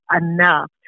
enough